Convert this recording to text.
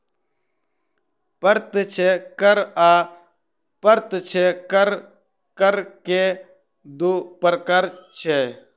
प्रत्यक्ष कर आ अप्रत्यक्ष कर, कर के दू प्रकार छै